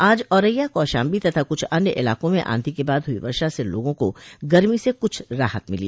आज औरैया कौशाम्बी तथा कुछ अन्य इलाकों में आंधी के बाद हुई वर्षा से लोगों को गरमी से कुछ राहत मिली